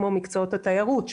כמו מקצועות התיירות,